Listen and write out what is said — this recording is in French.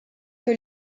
que